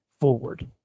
forward